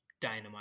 dynamite